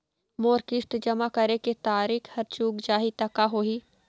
मोर किस्त जमा करे के तारीक हर चूक जाही ता का होही?